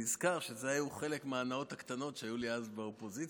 אני נזכר שזה היה חלק מההנאות הקטנות שהיו לי אז באופוזיציה,